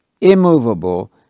immovable